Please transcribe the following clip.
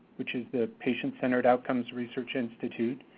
which is the patient centered outcomes research institute,